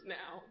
now